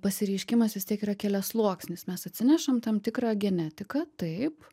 pasireiškimas vis tiek yra keliasluoksnis mes atsinešam tam tikrą genetiką taip